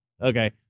okay